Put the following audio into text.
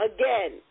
Again